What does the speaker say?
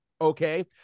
Okay